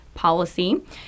policy